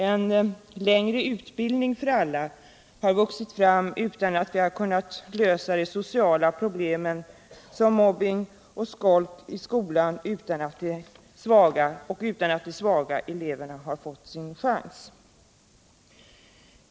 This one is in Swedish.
En längre utbildning för alla har vuxit fram utan att vi har kunnat lösa sociala problem som mobbning och skolk och utan att de svaga eleverna fått sin chans.